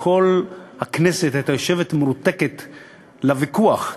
וכל הכנסת הייתה יושבת מרותקת לוויכוח,